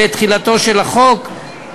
תחילתו של החוק,